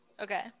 Okay